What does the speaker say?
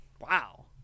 wow